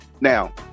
Now